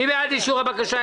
מי בעד אישור הבקשה?